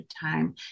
time